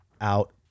out